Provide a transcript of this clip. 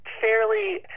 fairly